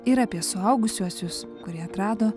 ir apie suaugusiuosius kurie atrado